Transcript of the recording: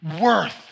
worth